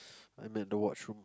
I'm in the watchroom